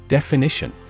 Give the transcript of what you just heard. Definition